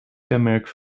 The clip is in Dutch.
kenmerk